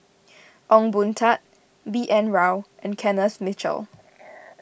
Ong Boon Tat B N Rao and Kenneth Mitchell